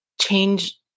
change